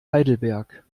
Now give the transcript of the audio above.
heidelberg